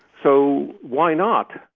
so why not?